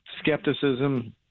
skepticism